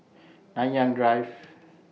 Nanyang Drive